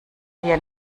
hier